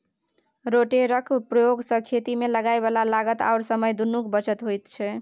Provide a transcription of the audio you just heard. रोटेटरक प्रयोग सँ खेतीमे लागय बला लागत आओर समय दुनूक बचत होइत छै